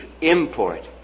import